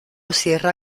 cierra